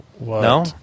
No